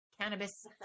cannabis